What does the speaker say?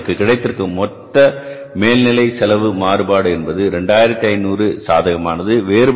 எனவே நமக்கு கிடைத்திருக்கும் மொத்த மேல் நிலை செலவு மாறுபாடு என்பது 2500 சாதகமானது